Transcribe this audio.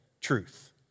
truth